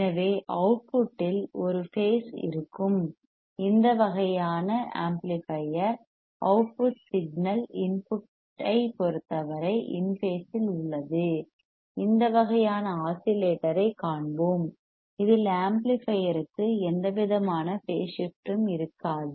எனவே அவுட்புட்டில் ஒரு பேஸ் இருக்கும் இந்த வகையான ஆம்ப்ளிபையர் அவுட்புட் சிக்னல் இன்புட்டைப் பொறுத்தவரை இன் பேஸ் இல் உள்ளது இந்த வகையான ஆஸிலேட்டரைக் காண்போம் இதில் ஆம்ப்ளிபையர்க்கு எந்தவிதமான பேஸ் ஷிப்ட்டும் இருக்காது